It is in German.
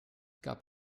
gab